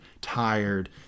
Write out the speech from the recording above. tired